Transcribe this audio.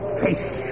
face